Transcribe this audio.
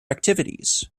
activities